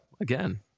Again